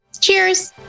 Cheers